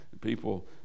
people